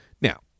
Now